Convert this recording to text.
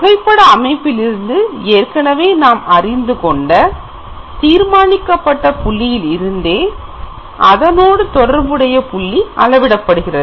புகைப்பட அமைப்பிலிருந்து ஏற்கனவே நாம் அறிந்து கொண்ட தீர்மானிக்கப்பட்ட புள்ளியில் இருந்தே அதனோடு தொடர்புடைய புள்ளி அளவிடப்படுகிறது